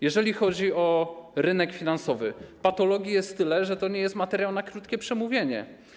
Jeżeli chodzi o rynek finansowy, patologii jest tyle, że to nie jest materiał na krótkie przemówienie.